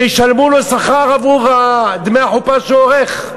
שישלמו לו שכר עבור החופה שהוא עורך.